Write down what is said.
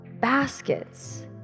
baskets